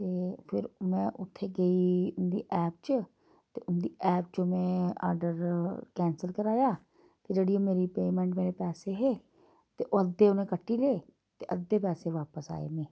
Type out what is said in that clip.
ते फिर में उत्थैं गेई उं'दी ऐप च ते उं'दी ऐप च में आर्डर कैंसल कराया ते जेह्ड़ी मेरी पेमैंट मेरे पैसे हे ते ओह् अद्धे उ'नें कट्टी ले ते अद्धे पैसे बापस आए में